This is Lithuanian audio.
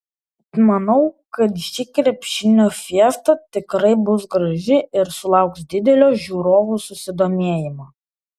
manau kad ši krepšinio fiesta tikrai bus graži ir sulauks didelio žiūrovų susidomėjimo